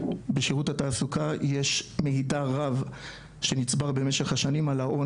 בשירות התעסוקה יש מידע רב שנצבר במשך השנים על ההון